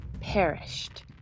perished